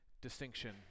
distinction